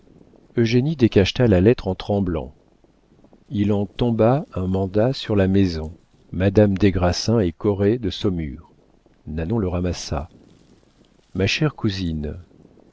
le saurez eugénie décacheta la lettre en tremblant il en tomba un mandat sur la maison madame des grassins et corret de saumur nanon le ramassa ma chère cousine